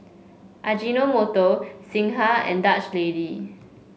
Ajinomoto Singha and Dutch Lady